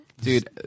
Dude